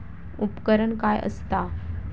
उपकरण काय असता?